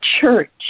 church